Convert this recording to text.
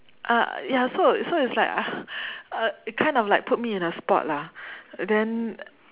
uh ya so so it's like I uh it kind of like put me in a spot lah then